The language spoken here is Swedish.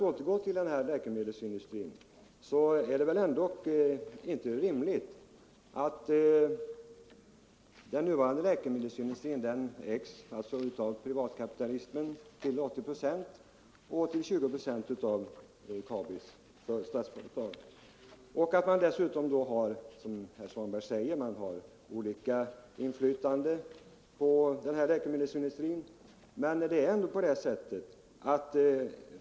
Den nuvarande läkemedelsindustrin ägs alltså till 80 procent av privatkapitalismen och till 20 procent av Kabi. Dessutom har, som herr Svanberg säger, staten inflytande på läkemedelsindustrin.